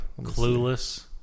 Clueless